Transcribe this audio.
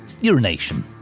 urination